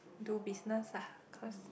do business ah cause